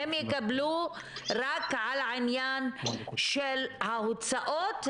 הם יקבלו רק על העניין של ההוצאות,